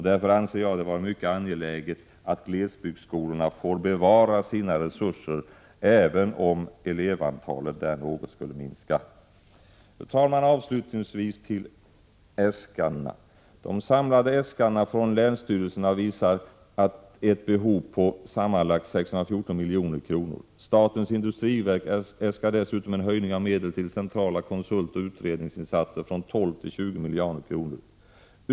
Därför anser jag det vara mycket angeläget att glesbygdsskolorna får bevara sina resurser, även om deras elevantal något skulle minska. Fru talman! Avslutningsvis vill jag beröra äskandena. De samlade äskandena från länsstyrelserna visar ett behov på sammanlagt 614 milj.kr. Statens industriverk äskar dessutom en höjning av medel till centrala konsultoch utredningsinsatser från 12 milj.kr. till 20 milj.kr.